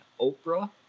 Oprah